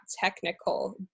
technical